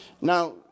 Now